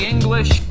English